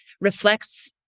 reflects